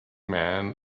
men